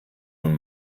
nun